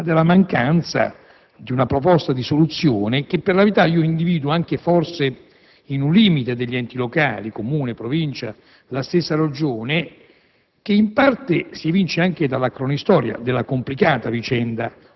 Tuttavia, non sono soddisfatto, non della sua risposta, ma della mancanza di una proposta di soluzione che per la verità individuo forse anche in un limite degli enti locali (Comuni, Provincia, la stessa Regione),